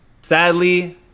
Sadly